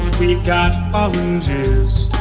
got oranges.